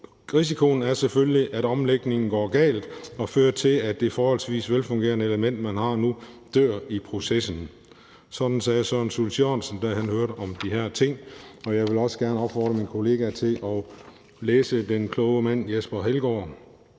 risikoen er selvfølgelig, at omlægningen går galt og fører til, at det forholdsvis velfungerende element, man har nu, dør i processen. Sådan sagde Søren Schultz Jørgensen, da han hørte om de her ting, og jeg vil også gerne opfordre mine kollegaer til at læse den kloge mand Jesper Heldgaard,